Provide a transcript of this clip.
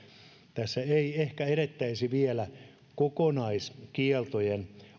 tässä ei ehkä edettäisi vielä kokonaiskieltoihin